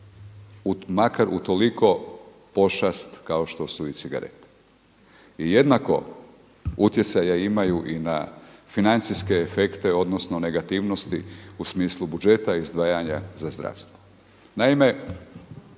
makar utoliko pošast kao što su i cigarete. I jednako utjecaja imaju i na financijske efekte, odnosno negativnosti u smislu budžeta izdvajanja za zdravstvo.